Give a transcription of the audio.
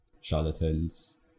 charlatans